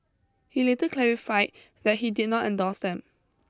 he later clarified that he did not endorse them